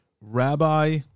rabbi